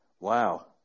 Wow